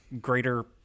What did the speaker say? greater